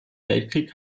weltkrieg